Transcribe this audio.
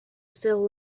still